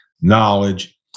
knowledge